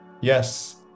Yes